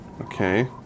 Okay